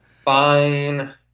Fine